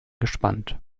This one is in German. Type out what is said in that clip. gespannt